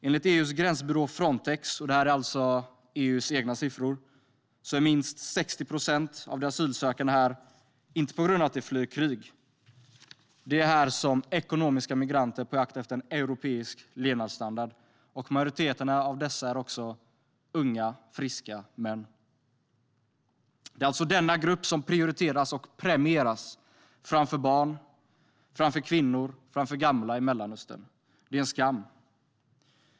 Enligt EU:s gränsbyrå Frontex, och detta är alltså EU:s egna siffror, är minst 60 procent av de asylsökande här inte på grund av att de flyr krig utan som ekonomiska migranter på jakt efter en europeisk levnadsstandard. Och majoriteten av dessa är också unga, friska män. Det är alltså denna grupp som prioriteras och premieras framför barn, framför kvinnor, framför gamla i Mellanöstern. Det är en skam!